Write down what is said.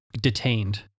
detained